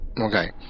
okay